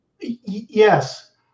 Yes